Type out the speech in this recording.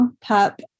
pup